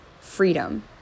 freedom